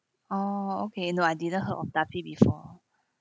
orh okay no I didn't heard of duffy before